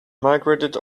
migrated